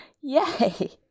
Yay